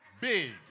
big